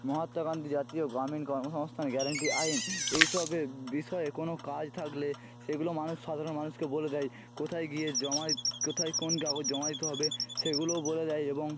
মহাত্মা গান্ধি জাতীয় গ্রামীণ কর্মসংস্থান গ্যারেন্টি আইন এই সবের বিষয়ে কোনো কাজ থাকলে সেগুলো মানুষ সাধারণ মানুষকে বলে দেয় কোথায় গিয়ে জমা কোথায় কোন কাগজ জমা দিতে হবে সেগুলোও বলে দেয় এবং